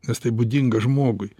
nes tai būdinga žmogui